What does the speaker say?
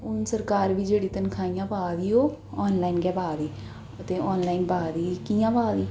हून सरकार बी जेह्ड़ी तन्खाहियां पा दी ओह् आन लाइन गै पा दी ते आन लाइन पा दी कि'यां पा दी